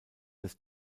des